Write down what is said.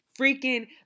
freaking